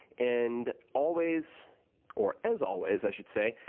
and always or as always, i should say,